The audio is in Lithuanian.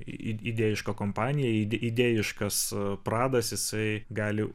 idėjiško kompaniją ir idėjiškas pradas jisai gali